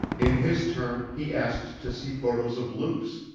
in his turn he asks to see photos of luce.